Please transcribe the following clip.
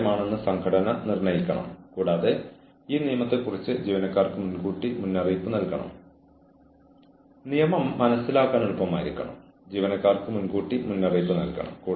പക്ഷേ തെളിയിക്കപ്പെടാതെ കുറ്റക്കാരനല്ല എന്ന പഴയ പഴഞ്ചൊല്ലിൽ ഞാൻ ഉറച്ചു വിശ്വസിക്കുന്നു